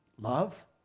love